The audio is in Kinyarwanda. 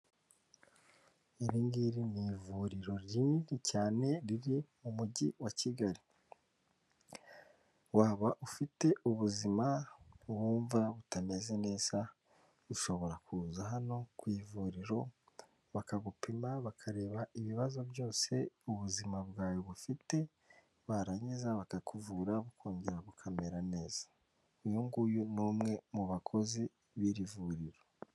Iringiri ni ivuriro rinini cyane riri mu mujyi wa Kigali, waba ufite ubuzima wumva butameze neza, bushobora kuza hano ku ivuriro bakagupima bakareba ibibazo byose ubuzima bwawe bufite, barangiza bakakuvura bukongera bukamera neza, uyu nguyu ni umwe mu bakozi b'iri vuriro.